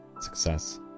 Success